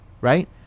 right